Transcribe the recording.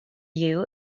you